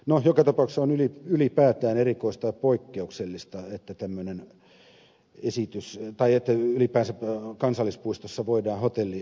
no joka tapauksessa on ylipäätään erikoista ja poikkeuksellista että ylipäänsä kansallispuistossa voidaan hotellielinkeinoa harjoittaa